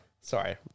Sorry